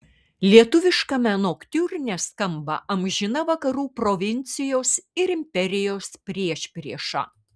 lietuviškame noktiurne skamba amžina vakarų provincijos ir imperijos priešprieša